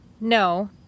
No